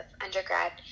undergrad